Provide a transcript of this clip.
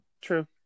True